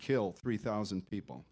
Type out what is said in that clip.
kill three thousand people